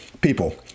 People